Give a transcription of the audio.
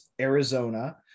Arizona